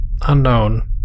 unknown